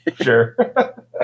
sure